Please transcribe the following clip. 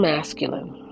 Masculine